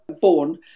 born